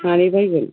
मानै बायगोन